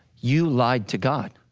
you lied to god.